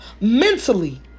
mentally